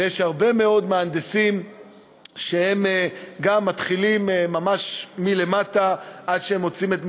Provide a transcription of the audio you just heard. ויש הרבה מאוד מהנדסים שגם מתחילים ממש מלמטה עד שהם מוצאים את מקומם,